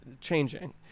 changing